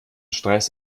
stress